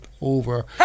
over